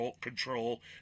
control